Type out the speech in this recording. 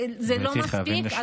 זה לא מספיק.